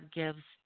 gives